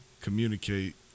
communicate